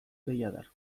deiadar